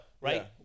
right